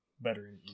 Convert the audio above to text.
better